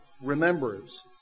remembers